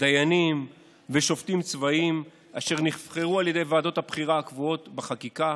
דיינים ושופטים צבאיים אשר נבחרו על ידי ועדות הבחירה הקבועות בחקיקה,